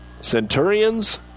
Centurions